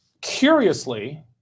curiously